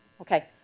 okay